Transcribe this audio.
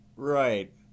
Right